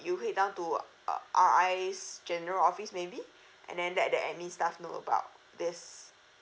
you head down to uh R_I's general office maybe and then let their admin staff know about this